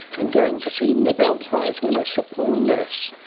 and going to see nobel prize-winner sir paul nurse,